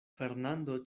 fernando